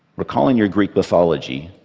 recalling your greek mythology,